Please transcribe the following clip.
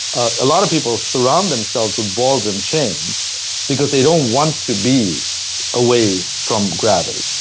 ah a lot of people surround themselves with balls and chains because they don't want to be away from gravity.